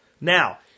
Now